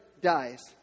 dies